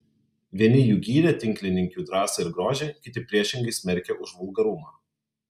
vieni jų gyrė tinklininkių drąsą ir grožį kiti priešingai smerkė už vulgarumą